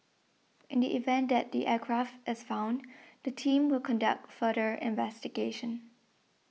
in the event that the aircraft is found the team will conduct further investigation